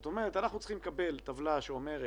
זאת אומרת, אנחנו צריכים לקבל טבלה שאומרת